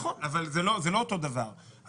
אבל זה לא אותו דבר.